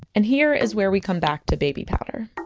and here is where we come back to baby powder.